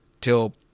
till